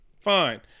fine